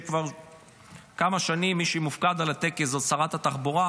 כבר כמה שנים מי שמופקד על הטקס הוא שרת התחבורה,